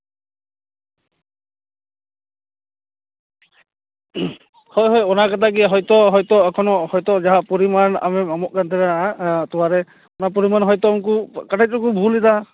ᱦᱳᱭ ᱦᱳᱭ ᱚᱱᱟ ᱠᱟᱛᱷᱟ ᱜᱮ ᱦᱳᱭᱛᱚ ᱦᱳᱭᱛᱚ ᱮᱠᱷᱚᱱᱚ ᱡᱟᱦᱟᱸ ᱯᱚᱨᱤᱢᱟᱱ ᱟᱢᱮᱢ ᱮᱢᱚᱜ ᱠᱟᱱ ᱛᱟᱦᱮᱸᱱᱟ ᱛᱚᱣᱟ ᱨᱮ ᱚᱱᱟ ᱯᱚᱨᱤᱢᱟᱱ ᱦᱳᱭᱛᱳ ᱩᱱᱠᱩ ᱚᱠᱟᱴᱮᱡ ᱪᱚᱠᱚ ᱵᱷᱩᱞ ᱮᱫᱟ